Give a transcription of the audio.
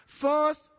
first